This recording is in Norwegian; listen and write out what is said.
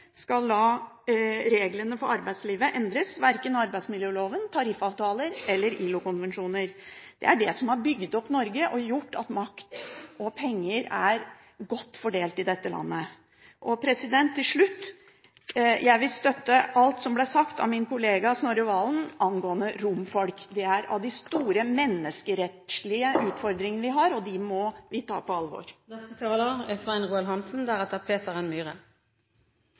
skal la reglene for arbeidslivet endres, verken arbeidsmiljøloven, tariffavtaler eller ILO-konvensjoner. Det er det som har bygd opp Norge og gjort at makt og penger er godt fordelt i dette landet. Til slutt vil jeg støtte alt som ble sagt av min kollega Snorre Serigstad Valen angående romfolk. Dette er blant de store menneskerettslige utfordringene vi har. De må vi ta på alvor. Jeg er